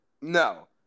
No